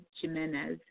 Jimenez